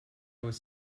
was